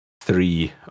three